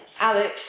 Alex